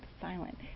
silent